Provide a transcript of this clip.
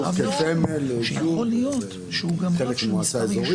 יכול להיות שיישובים קטנים או גדולים מוגדרים עם סמל היישוב.